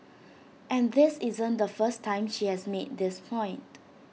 and this isn't the first time she has made this point